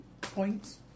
points